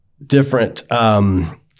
Different